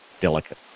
delicate